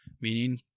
meaning